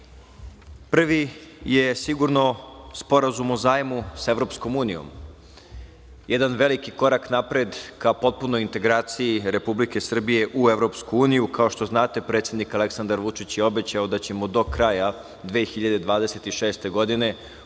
je sigurno Sporazum o zajmu sa EU, jedan veliki korak napred ka potpunoj integraciji Republike Srbije u EU. Kao što znate, predsednik Aleksandar Vučić je obećao da ćemo do kraja 2026. godine